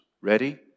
Ready